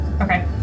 Okay